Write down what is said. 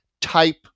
type